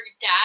dad